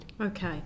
Okay